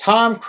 Tom